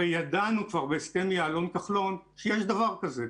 הרי ידענו כבר בהסכם יעלון-כחלון שיש דבר כזה,